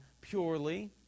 purely